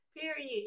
Period